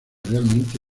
realmente